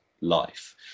life